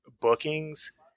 bookings